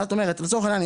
לצורך העניין,